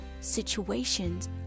situations